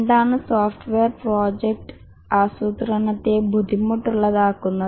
എന്താണ് software project ആസൂത്രണത്തെ ബുദ്ധിമുട്ടുള്ളതാക്കുന്നത്